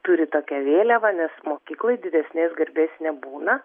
turi tokią vėliavą nes mokyklai didesnės garbės nebūna